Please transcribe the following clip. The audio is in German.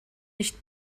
nicht